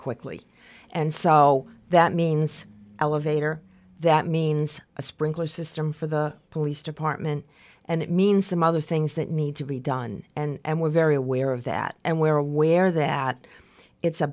quickly and so that means elevator that means a sprinkler system for the police department and it means some other things that need to be done and we're very aware of that and we're aware that it's a